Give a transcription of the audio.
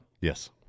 Yes